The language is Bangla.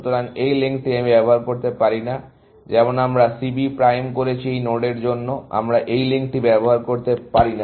সুতরাং এই লিঙ্কটি আমি ব্যবহার করতে পারি না যেমন আমরা প্রথম C B প্রাইম করেছি এই নোডের জন্যও আমরা এই লিঙ্কটি ব্যবহার করতে পারি না